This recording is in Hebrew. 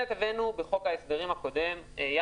בחוק ההסדרים הקודם הבאנו,